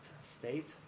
state